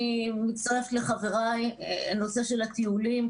אני מצטרפת לחבריי בנושא הטיולים,